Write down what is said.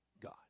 God